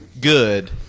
good